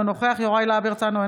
אינו נוכח יוראי להב הרצנו,